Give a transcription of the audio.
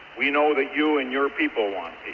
we know that you and your people want